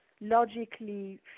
logically